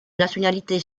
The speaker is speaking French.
nationalité